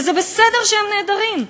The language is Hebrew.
וזה בסדר שהם נעדרים.